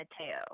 Mateo